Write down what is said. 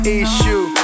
issue